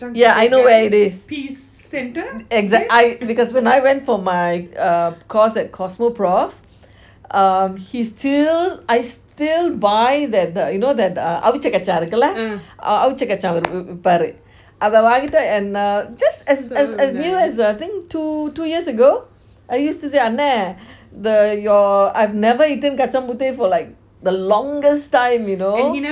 yeah I know where it is exact I because I when I went for my um course at cosmoprof um he's still I still buy that the you know that அவச கச்சா இருக்குல்ல அவிச்ச கச்சா இருப்பாரு:avacha kacha irukula avucha kacha irupaaru and uh just as as as new as I think two years ago I sued to அன்னான்:annan the your I'd never eaten kacang puteh for like the longest time you know